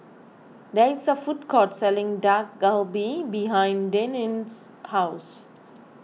there is a food court selling Dak Galbi behind Deneen's house